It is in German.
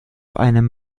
einem